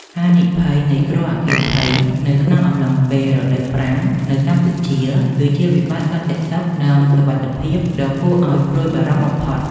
ហានិភ័យនៃគ្រោះអគ្គីភ័យនៅក្នុងអំឡុងពេលរដូវប្រាំងនៅកម្ពុជា គឺជាវិបត្តិសន្តិសុខ និងសុវត្ថិភាពដ៏គួរឱ្យព្រួយបារម្ភបំផុត។